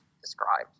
described